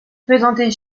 présenter